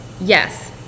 yes